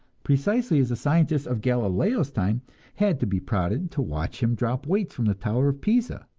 precisely as the scientists of galileo's time had to be prodded to watch him drop weights from the tower of pisa.